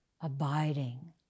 abiding